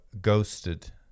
ghosted